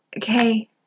okay